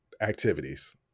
activities